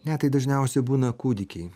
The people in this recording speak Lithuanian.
ne tai dažniausiai būna kūdikiai